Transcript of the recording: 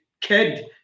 kid